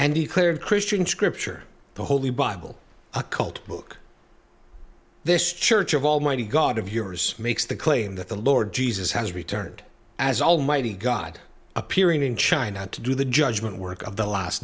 he claimed christian scripture the holy bible a cult book this church of almighty god of yours makes the claim that the lord jesus has returned as almighty god appearing in china to do the judgment work of the last